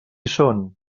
són